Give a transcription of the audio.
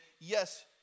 yes